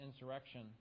insurrection